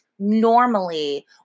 normally